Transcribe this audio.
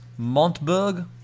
Montberg